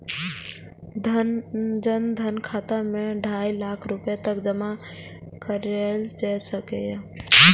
जन धन खाता मे ढाइ लाख रुपैया तक जमा कराएल जा सकैए